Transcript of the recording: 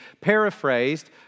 paraphrased